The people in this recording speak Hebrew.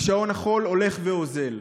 ושעון החול הולך ואוזל.